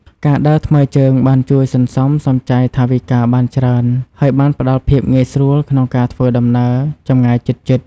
ការដើរថ្មើរជើងបានជួយសន្សំសំចៃថវិកាបានច្រើនហើយបានផ្តល់ភាពងាយស្រួលក្នុងការធ្វើដំណើរចម្ងាយជិតៗ។